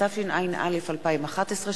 התשע”א 2011,